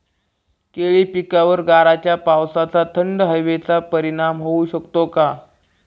केळी पिकावर गाराच्या पावसाचा, थंड हवेचा परिणाम होऊ शकतो का?